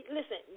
Listen